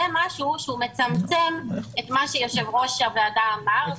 זה משהו שמצמצם את מה שיושב-ראש הוועדה אמר,